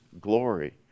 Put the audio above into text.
glory